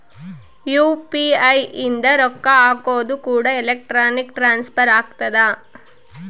UPI ಇಂದ ರೊಕ್ಕ ಹಕೋದು ಕೂಡ ಎಲೆಕ್ಟ್ರಾನಿಕ್ ಟ್ರಾನ್ಸ್ಫರ್ ಆಗ್ತದ